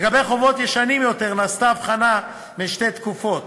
לגבי חובות ישנים יותר נעשתה הבחנה בין שתי תקופות.